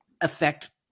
affect